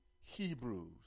Hebrews